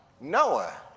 Noah